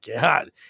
God